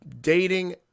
dating